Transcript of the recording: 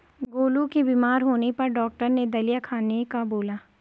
गोलू के बीमार होने पर डॉक्टर ने दलिया खाने का बोला